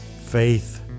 faith